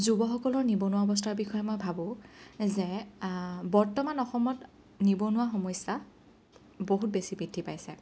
যুৱকসকলৰ নিবনুৱা অৱস্থাৰ বিষয়ে মই ভাবোঁ যে বৰ্তমান অসমত নিবনুৱা সমস্যা বহুত বেছি বৃদ্ধি পাইছে